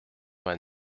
vingt